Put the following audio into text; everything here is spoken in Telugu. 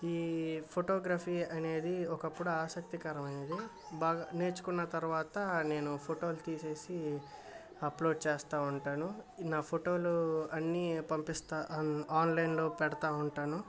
ఈ ఫొటోగ్రఫీ అనేది ఒకప్పుడు ఆసక్తికరమైనది బాగా నేర్చుకున్న తర్వాత నేను ఫొటోలు తీసేసి అప్లోడ్ చేస్తా ఉంటాను నా ఫొటోలు అన్నీ పంపిస్తా అన్ ఆన్లైన్లో పెడతా ఉంటాను